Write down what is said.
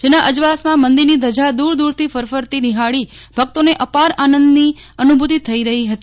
જેના અજવાસમાં મંદિરની ધજા દ્રરદ્દરથી ફરફરતી નિફાળી ભક્તોને અપાર આનંદની અનુભૂતિ થઈ રહી હતી